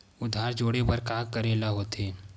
आधार जोड़े बर का करे ला होथे?